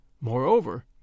Moreover